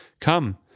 come